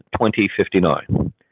2059